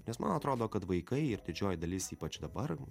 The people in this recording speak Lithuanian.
nes man atrodo kad vaikai ir didžioji dalis ypač dabar